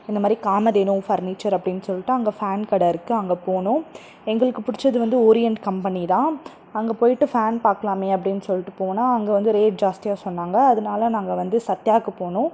இந்த மாதிரி காமதேனு ஃபர்னிச்சர் அப்படின்னு சொல்லிட்டு அங்கே ஃபேன் கடை இருக்குது அங்க போனோம் எங்களுக்கு பிடிச்சது வந்து ஓரியன்ட் கம்பனி தான் அங்கே போயிட்டு ஃபேன் பார்க்கலாமே அப்படின்னு சொல்லிட்டு போனால் அங்கே வந்து ரேட் ஜாஸ்தியா சொன்னாங்கள் அதனால நாங்கள் வந்து சத்யாக்கு போனோம்